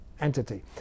entity